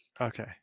Okay